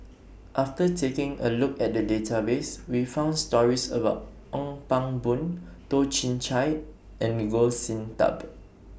after taking A Look At The Database We found stories about Ong Pang Boon Toh Chin Chye and Goh Sin Tub